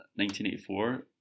1984